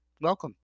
Welcome